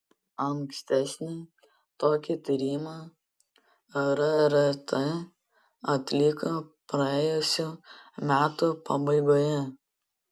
ankstesnį tokį tyrimą rrt atliko praėjusių metų pabaigoje